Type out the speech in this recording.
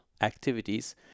activities